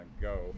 go